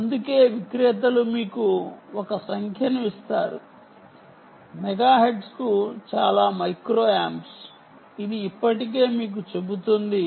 అందుకే విక్రేతలు మీకు ఒక సంఖ్యను ఇస్తారు మెగాహెర్ట్జ్కు చాలా మైక్రో ఆంప్స్ ఇది ఇప్పటికే మీకు చెబుతోంది